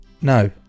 No